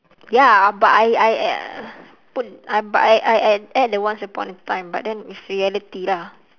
ya but I I put I I add add once upon a time but then it's reality lah